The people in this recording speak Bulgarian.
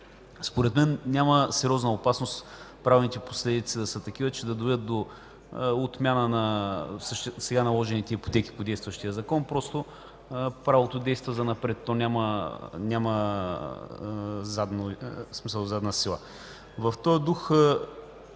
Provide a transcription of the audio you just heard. Според мен няма сериозна опасност правните последици да са такива, че да доведат до отмяна на сега наложените ипотеки по действащия закон. Просто правото действа занапред, то няма задна сила. В този дух